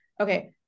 Okay